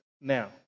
now